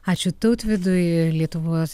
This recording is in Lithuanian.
ačiū tautvydui lietuvos